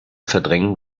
verdrängen